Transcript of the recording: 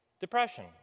depression